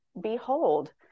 behold